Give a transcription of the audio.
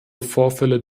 vorfälle